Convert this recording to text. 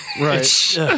Right